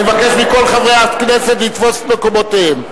אני מבקש מכל חברי הכנסת לתפוס את מקומותיהם.